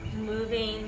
moving